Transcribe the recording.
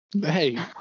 Hey